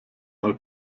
mal